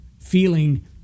feeling